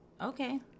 okay